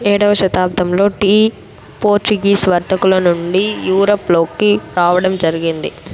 ఏడవ శతాబ్దంలో tea Portuguese వర్తకుల నుండి యూరప్ లోకి రావడం జరిగింది